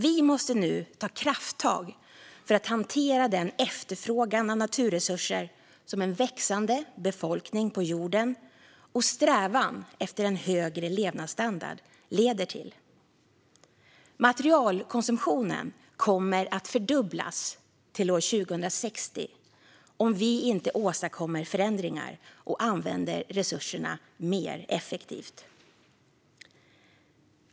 Vi måste nu ta krafttag för att hantera den efterfrågan av naturresurser som en växande befolkning på jorden och strävan efter en högre levnadsstandard leder till. Materialkonsumtionen kommer att fördubblas till år 2060 om vi inte åstadkommer förändringar och använder resurserna mer effektivt.